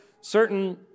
certain